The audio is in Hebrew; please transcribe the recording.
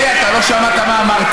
אלי, לא שמעת מה אמרתי.